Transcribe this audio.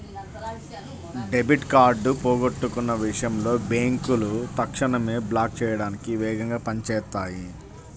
debit card పోగొట్టుకున్న విషయంలో బ్యేంకులు తక్షణమే బ్లాక్ చేయడానికి వేగంగా పని చేత్తాయి